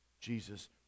Jesus